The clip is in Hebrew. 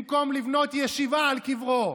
במקום לבנות ישיבה על קברו,